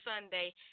Sunday